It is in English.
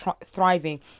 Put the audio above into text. thriving